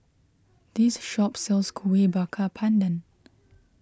this shop sells Kueh Bakar Pandan